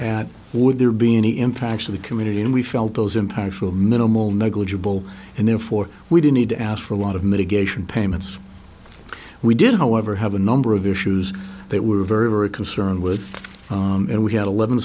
at would there be any impacts of the community and we felt those impartial minimal negligible and therefore we do need to ask for a lot of mitigation payments we did however have a number of issues they were very very concerned with and we had eleven